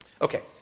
Okay